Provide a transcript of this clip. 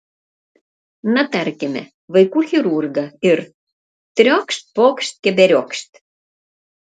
na tarkime vaikų chirurgą ir triokšt pokšt keberiokšt